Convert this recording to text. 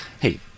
hey